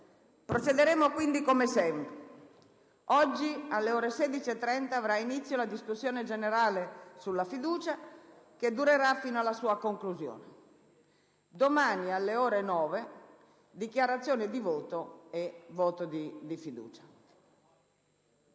Procederemo quindi come segue: oggi, alle ore 16,30, avrà inizio la discussione sulla fiducia, che durerà fino alla sua conclusione. Domani, alle ore 9, dichiarazioni di voto e voto di fiducia.